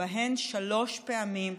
שבהן שלוש פעמים נתניהו,